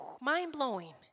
mind-blowing